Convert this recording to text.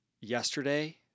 yesterday